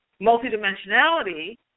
Multidimensionality